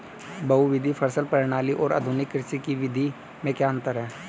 बहुविध फसल प्रणाली और आधुनिक कृषि की विधि में क्या अंतर है?